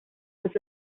was